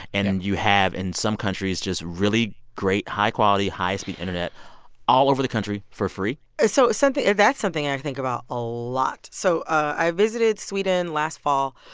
and and you have in some countries just really great, high-quality, high-speed internet all over the country for free so something and that's something i think about a lot. so i visited sweden last fall,